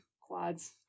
quads